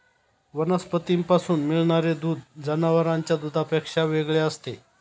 वनस्पतींपासून मिळणारे दूध जनावरांच्या दुधापेक्षा वेगळे असते